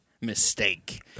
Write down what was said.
Mistake